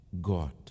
God